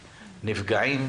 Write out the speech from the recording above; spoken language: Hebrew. הנפגעים,